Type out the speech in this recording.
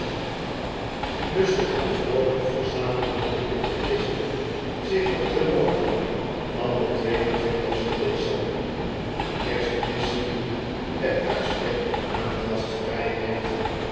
lustig en vroolijk verzamelden de pickwickisten zich op den morgen van den twee en twintigsten december kerstmis die bij uitstek aan gastvrijheid